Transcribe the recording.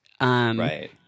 Right